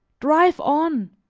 drive on,